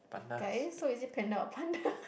guys so is it panda or panda